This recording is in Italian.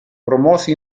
promosso